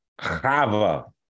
Chava